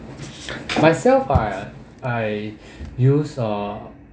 myself I I use ah